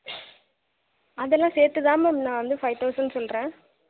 அதெல்லாம் சேர்த்து தான் மேம் நான் வந்து ஃபைவ் தௌசண்ட் சொல்கிறேன்